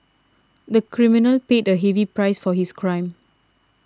the criminal paid a heavy price for his crime